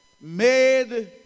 made